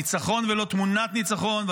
ניצחון ולא תמונת ניצחון.